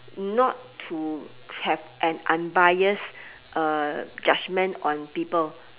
not to have an unbiased uh judgement on people